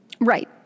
Right